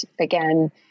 again